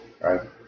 right